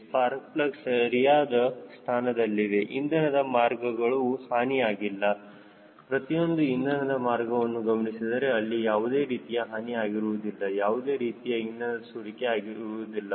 spark ಪ್ಲಗ್ಗಳು ಸರಿಯಾದ ಸ್ಥಾನದಲ್ಲಿವೆಇಂಧನದ ಮಾರ್ಗಗಳು ಹಾನಿ ಆಗಿಲ್ಲ ಪ್ರತಿಯೊಂದು ಇಂಧನದ ಮಾರ್ಗವನ್ನು ಗಮನಿಸಿದರೆ ಅಲ್ಲಿ ಯಾವುದೇ ರೀತಿಯ ಹಾನಿ ಆಗಿರುವುದಿಲ್ಲಯಾವುದೇ ರೀತಿಯ ಇಂಧನದ ಸೋರಿಕೆ ಇರುವುದಿಲ್ಲ